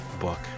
book